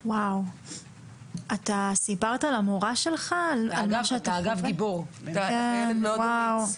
אתה ילד גיבור ואמיץ.